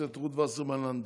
חברת הכנסת רות וסרמן לנדה,